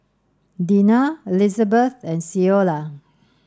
Dina Elizabeth and Ceola